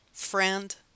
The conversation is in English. Friend